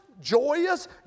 joyous